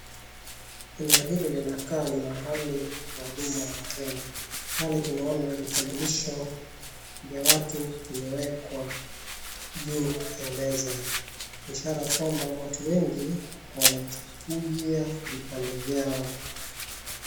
Eneo hili linakaa ni mahali pa huduma kwa wakenya, pale tunaona vitambulisho vya watu vimewekwa juu ya meza, ishara kwamba watu wengi hawajakujia vipande vyao.